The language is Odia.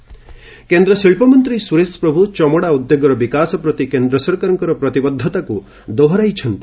ସୁରେଶ ପ୍ରଭୁ ଇଣ୍ଡଷ୍ଟ୍ରି କେନ୍ଦ୍ର ଶିଳ୍ପମନ୍ତ୍ରୀ ସୁରେଶ ପ୍ରଭୁ ଚମଡ଼ା ଉଦ୍ୟୋଗର ବିକାଶ ପ୍ରତି କେନ୍ଦ୍ର ସରକାରଙ୍କ ପ୍ରତିବଦ୍ଧତାକୁ ଦୋହରାଇଛନ୍ତି